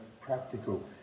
practical